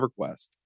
EverQuest